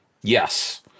Yes